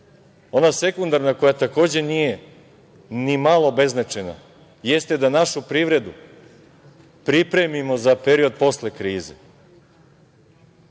Ona sekundarna, koja takođe nije ni malo beznačajna, jeste da našu privredu pripremimo za period posle